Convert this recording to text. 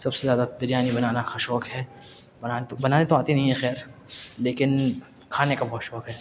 سب سے زیادہ بریانی بنانا کا شوق ہے بنانی تو آتی نہیں ہے خیر لیکن کھانے کا بہت شوق ہے